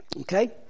Okay